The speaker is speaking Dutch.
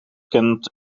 kent